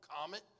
Comet